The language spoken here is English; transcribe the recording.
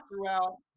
throughout